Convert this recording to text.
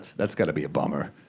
that's gotta be a bummer.